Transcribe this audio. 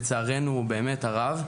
לצערנו הרב,